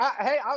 hey